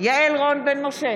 יעל רון בן משה,